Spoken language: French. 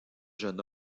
jeune